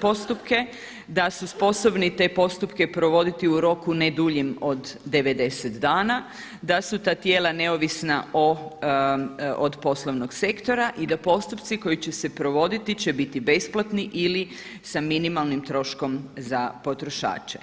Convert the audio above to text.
postupke, da su sposobni te postupke provoditi u roku ne duljim od 90 dana, da su ta tijela neovisna od poslovnog sektora i da postupci koji će se provoditi će biti besplatni ili sa minimalnim troškom za potrošače.